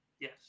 Yes